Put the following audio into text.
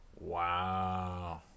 Wow